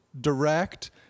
direct